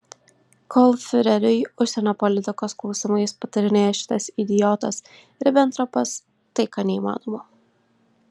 kol fiureriui užsienio politikos klausimais patarinėja šitas idiotas ribentropas taika neįmanoma